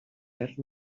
perd